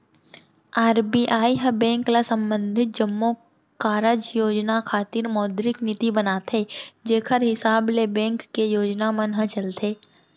RBI ह bank ल संबंधित जम्मो कारज योजना खातिर मौद्रिक नीति बनाथे जेखर हिसाब ले बेंक के योजना मन ह चलथे